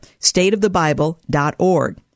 stateofthebible.org